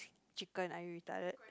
chicken are you retarded